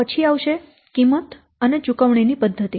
પછી આવશે કિંમત અને ચુકવણી ની પદ્ધતિ